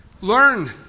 Learn